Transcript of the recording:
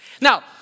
Now